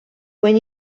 when